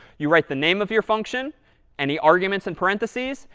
you write the name of your function and the arguments in parentheses.